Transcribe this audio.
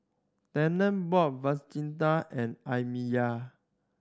Tanner bought Fajita and Amiya